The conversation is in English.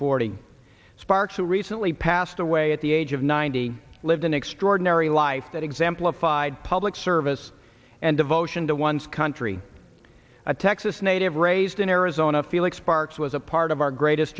forty sparks who recently passed away at the age of ninety lived an extraordinary life that exemplified public service and devotion to one's country a texas native raised in arizona felix parks was a part of our greatest